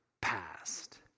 past